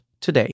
today